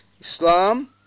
Islam